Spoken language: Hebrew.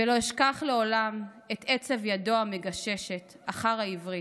// ולא אשכח לעולם / את עצב ידו המגששת / אחר העברית,